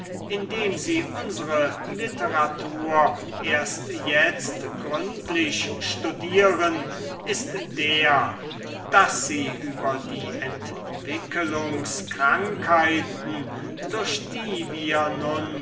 indem sie unsere literatur erst jetzt gründlich studieren ist der daß sie über die entwickelungskrankheiten durch die wir